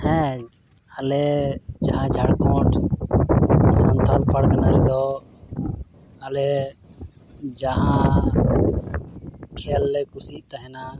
ᱦᱮᱸ ᱟᱞᱮ ᱡᱟᱦᱟᱸ ᱡᱷᱟᱲᱠᱷᱚᱸᱰ ᱥᱟᱱᱛᱟᱞ ᱯᱟᱨᱜᱟᱱᱟ ᱨᱮᱫᱚ ᱟᱞᱮ ᱡᱟᱦᱟᱸ ᱠᱷᱮᱞ ᱞᱮ ᱠᱩᱥᱤᱜ ᱛᱟᱦᱮᱱᱟ